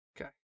Okay